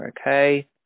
Okay